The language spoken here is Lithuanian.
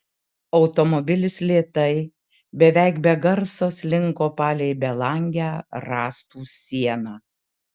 automobilis lėtai beveik be garso slinko palei belangę rąstų sieną